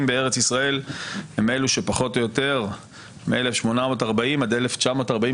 בארץ ישראל הם אלו שפחות או יותר מ-1840 עד 1940,